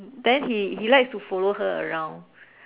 there he he like to follow her around